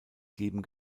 geben